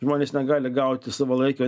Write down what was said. žmonės negali gauti savalaikio